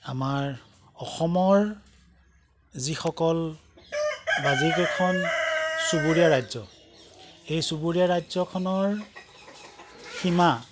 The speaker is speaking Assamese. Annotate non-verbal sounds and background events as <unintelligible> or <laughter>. আমাৰ অসমৰ যিসকল <unintelligible> খন চুবুৰীয়া ৰাজ্য এই চুবুৰীয়া ৰাজ্যখনৰ সীমা